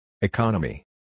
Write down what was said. Economy